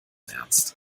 ernst